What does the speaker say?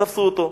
תפסו אותו,